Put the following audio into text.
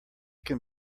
can